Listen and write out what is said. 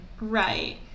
Right